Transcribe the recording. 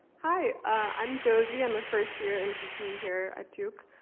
hi, i'm josie, i'm a first year in pp here at duke.